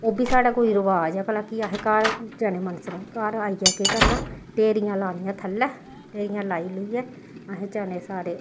ओह् बी साढ़े कोई रवाज ऐ भला कि असें घर चने मनसने घर आइयै केह् करना ढेरियां लानियां थल्लै ते ढेरियां लाई लूइयै असें चने सारे